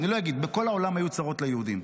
אני לא אגיד, בכל העולם היו צרות ליהודים.